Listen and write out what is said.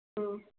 ꯎꯝ